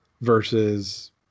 Versus